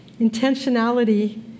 Intentionality